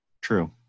True